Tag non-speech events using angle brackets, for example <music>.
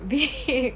<laughs>